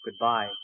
Goodbye